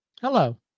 Hello